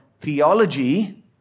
theology